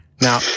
Now